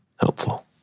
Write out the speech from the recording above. helpful